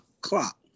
clock